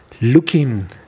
looking